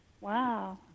wow